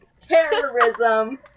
terrorism